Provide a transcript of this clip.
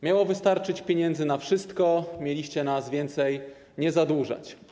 Miało wystarczyć pieniędzy na wszystko, mieliście nas więcej nie zadłużać.